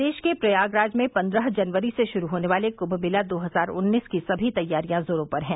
प्रदेश के प्रयागराज में पन्द्रह जनवरी से शुरू होने वाले कुम्म मेला दो हजार उन्नीस की सभी तैयारियां जोरो पर हैं